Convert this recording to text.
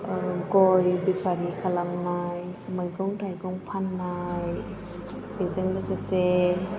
गय बेफारि खालामनाय मैगं थायगं फाननाय बेजों लोगोसे